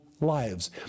lives